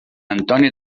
antoni